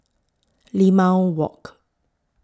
Limau Walk